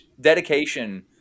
dedication